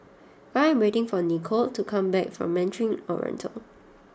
I am waiting for Nikole to come back from Mandarin Oriental